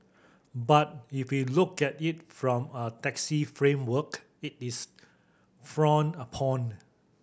but if we look at it from a taxi framework it is frowned upon